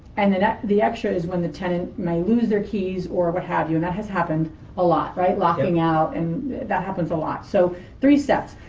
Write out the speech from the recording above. and then the extra is when the tenant may lose their keys or what have you. and that has happened a lot, right? locking out. and that happens a lot. so three sets.